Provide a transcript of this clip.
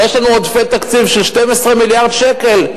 הרי יש לנו עודפי תקציב של 12 מיליארד שקל,